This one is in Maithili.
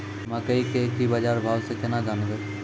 मकई के की बाजार भाव से केना जानवे?